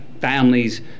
families